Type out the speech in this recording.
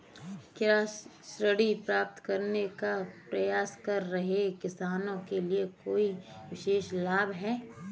क्या ऋण प्राप्त करने का प्रयास कर रहे किसानों के लिए कोई विशेष लाभ हैं?